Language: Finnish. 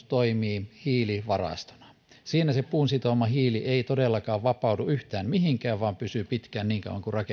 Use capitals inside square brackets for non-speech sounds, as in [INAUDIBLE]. [UNINTELLIGIBLE] toimii hiilivarastona siinä se puun sitoma hiili ei todellakaan vapaudu yhtään mihinkään vaan pysyy pitkään niin kauan kuin rakennus on